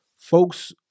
Folks